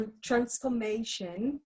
transformation